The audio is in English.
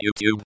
YouTube